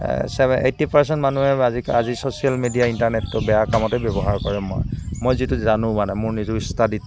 ছেভে eighty percent মানুহে আজি social media ইণ্টাৰনেটতো বেয়া কামতে ব্যৱহাৰ কৰে মই যিটো জানো মানে মো যিটো ইষ্টাডি